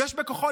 יש בכוחו